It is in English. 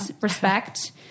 respect